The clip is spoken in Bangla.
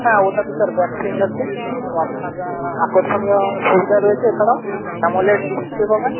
হ্যাঁ ওটা তো স্যার ব্যাক ফিঙ্গার প্রিন্ট তো আপনার আকর্ষণীয় সুবিধা রয়েছে এছাড়াও আঙুলের ডিসপ্লে পাবেন